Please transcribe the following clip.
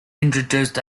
introduced